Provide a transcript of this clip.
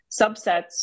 subsets